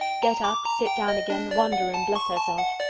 get up, sit down again, wonder, and bless herself.